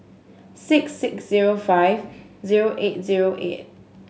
six six zero five zero eight zero eight